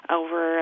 over